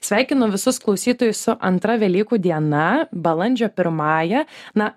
sveikinu visus klausytojus su antra velykų diena balandžio pirmąja na